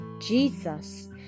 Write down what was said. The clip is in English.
Jesus